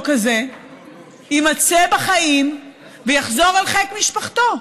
הזה ימצא בחיים ויחזור אל חיק משפחתו.